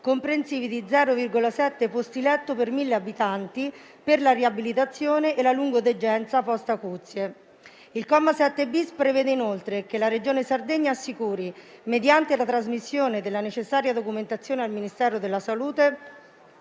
comprensivi di 0,7 posti-letto per mille abitanti per la riabilitazione e la lungodegenza post acuzie. Il comma 7-*bis* prevede, inoltre, che la Regione Sardegna assicuri, mediante la trasmissione della necessaria documentazione al Ministero della salute,